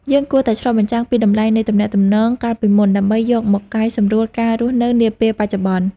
យើងគួរតែឆ្លុះបញ្ចាំងពីតម្លៃនៃទំនាក់ទំនងកាលពីមុន ដើម្បីយកមកកែសម្រួលការរស់នៅនាពេលបច្ចុប្បន្ន។